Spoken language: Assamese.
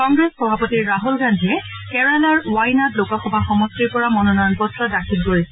কংগ্ৰেছ সভাপতি ৰাহুল গান্ধীয়ে কেৰালাৰ ৱায়নাড লোকসভা সমষ্টিৰ পৰা মনোনয়ন পত্ৰ দাখিল কৰিছে